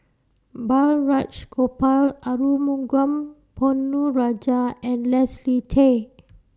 Balraj Gopal Arumugam Ponnu Rajah and Leslie Tay